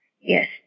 Yes